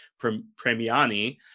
Premiani